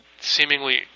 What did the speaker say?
seemingly